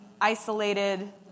isolated